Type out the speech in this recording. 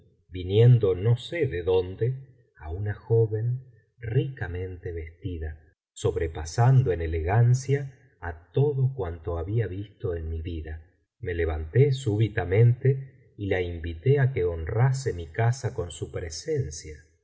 viniendo no sé de dónde á una joven ricamente vestida sobrepasando en elegancia á todo cuanto había visto en mi vida me levanté súbitamente y la invité á que honrase mi casa con su presencia